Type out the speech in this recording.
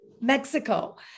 Mexico